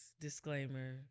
disclaimer